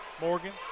Morgan